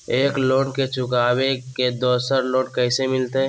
एक लोन के चुकाबे ले दोसर लोन कैसे मिलते?